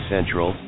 Central